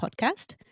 podcast